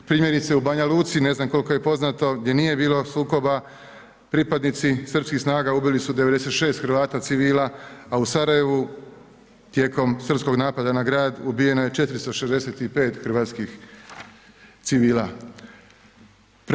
Primjerice, u Banja Luci, ne znam koliko je poznato gdje nije bilo sukoba, pripadnici srpskih snaga ubili su 96 Hrvata civila, a u Sarajevu tijekom srpskog napada na grad ubijeno je 465 hrvatskih civila.